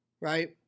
Right